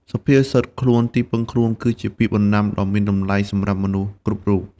សុភាសិត «ខ្លួនទីពឹងខ្លួន» គឺជាពាក្យបណ្ដាំដ៏មានតម្លៃសម្រាប់មនុស្សគ្រប់រូប។